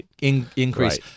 increase